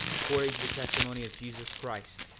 according to the testimony of jesus christ,